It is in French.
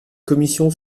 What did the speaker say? commission